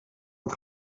het